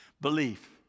Belief